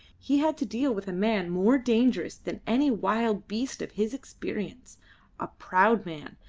he had to deal with a man more dangerous than any wild beast of his experience a proud man,